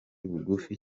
bugufi